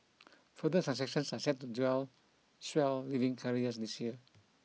further are set to swell leading carriers this year